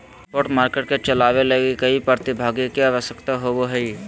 spot market के चलावय ले कई प्रतिभागी के आवश्यकता होबो हइ